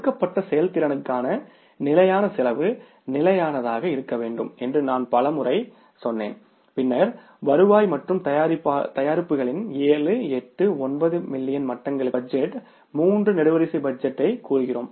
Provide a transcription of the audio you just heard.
கொடுக்கப்பட்ட செயல்திறனுக்காக நிலையான செலவு நிலையானதாக இருக்க வேண்டும் என்று நான் பலமுறை சொன்னேன் பின்னர் வருவாய் மற்றும் தயாரிப்புகளின் ஏழு எட்டு ஒன்பது மில்லியன் மட்டங்களுக்கு நெடுவரிசை பட்ஜெட் மூன்று நெடுவரிசை பட்ஜெட்டைக் கூறுகிறோம்